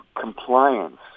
compliance